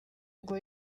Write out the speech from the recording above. ngo